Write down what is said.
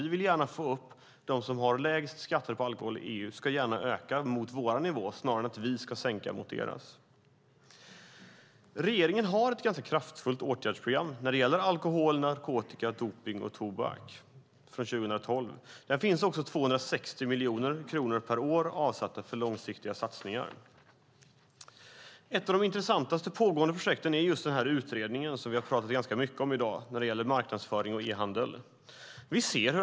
Vi vill att de som har lägst skatter på alkohol i EU gärna ska öka skatterna mot vår nivå snarare än att vi ska sänka skatten mot deras. Regeringen har ett ganska kraftfullt åtgärdsprogram från 2012 vad gäller alkohol, narkotika, dopning och tobak, och 260 miljoner kronor per år är avsatta för långsiktiga satsningar. Ett av de intressantaste pågående projekten är just den utredning om marknadsföring och e-handel som vi har talat ganska mycket om i dag.